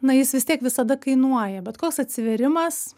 na jis vis tiek visada kainuoja bet koks atsivėrimas